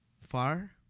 far